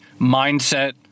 mindset